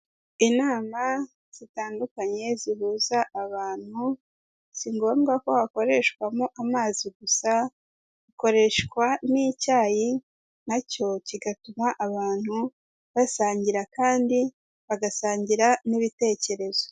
Inama zitandukanye zihuza abantu si ngombwa ko hakoreshwamo amazi gusa, hakoreshwa n'icyayi nacyo kigatuma abantu basangira kandi bagasangira n'ibitekerezo.